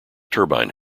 turbine